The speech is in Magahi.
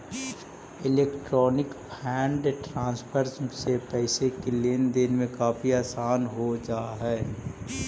इलेक्ट्रॉनिक फंड ट्रांसफर से पैसे की लेन देन में काफी आसानी हो जा हई